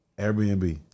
Airbnb